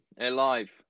Alive